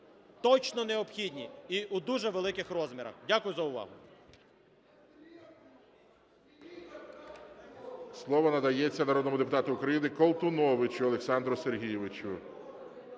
точно необхідні і в дуже великих розмірах. Дякую за увагу.